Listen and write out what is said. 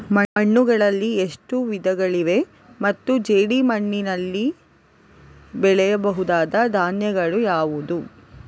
ಮಣ್ಣುಗಳಲ್ಲಿ ಎಷ್ಟು ವಿಧಗಳಿವೆ ಮತ್ತು ಜೇಡಿಮಣ್ಣಿನಲ್ಲಿ ಬೆಳೆಯಬಹುದಾದ ಧಾನ್ಯಗಳು ಯಾವುದು?